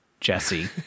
Jesse